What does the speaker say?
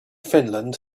finland